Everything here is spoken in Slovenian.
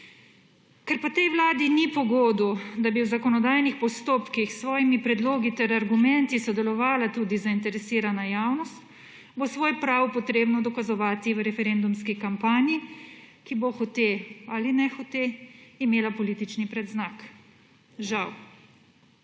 Ker pa tej vladi ni pogodu, da bi v zakonodajnih postopkih s svojimi predlogi ter argumenti sodelovala tudi zainteresirana javnost, bo svoj prav potrebno dokazovati v referendumski kampanji, ki bo hote ali nehote imela politični predznak. Žal.